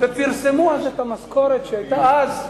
פרסמו אז את המשכורת שהיתה אז בממדים,